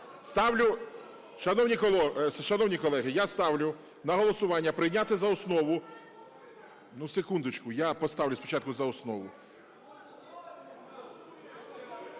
Ставлю... Шановні колеги, я ставлю на голосування прийняти за основу... Ну, секундочку, я поставлю спочатку за основу.